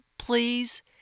Please